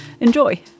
Enjoy